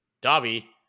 Dobby